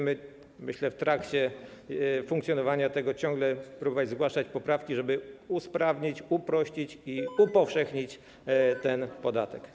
Myślę, że w trakcie funkcjonowania tego, będziemy próbować ciągle zgłaszać poprawki, żeby usprawnić, uprościć i upowszechnić ten podatek.